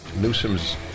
Newsom's